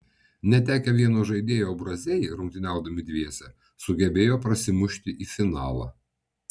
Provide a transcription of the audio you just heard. netekę vieno žaidėjo braziai rungtyniaudami dviese sugebėjo prasimušti į finalą